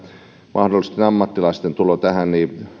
mahdollisten ammattilaisten tulo tähän